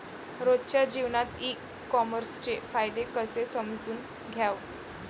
रोजच्या जीवनात ई कामर्सचे फायदे कसे समजून घ्याव?